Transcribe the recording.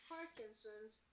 Parkinson's